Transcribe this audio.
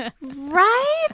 right